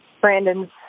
Brandon's